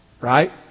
right